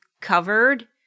covered